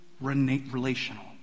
relational